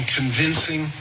convincing